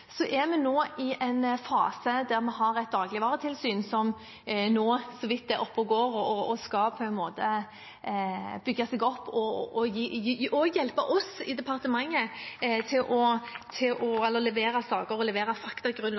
er nå i en fase der vi har et dagligvaretilsyn som nå så vidt er oppe og går, og som på en måte skal bygge seg opp og også hjelpe oss i departementet ved å levere saker og faktagrunnlag til oss. Så nøyaktig når vi er i stand til å